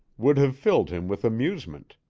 would have filled him with amusement,